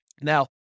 Now